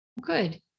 Good